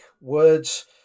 words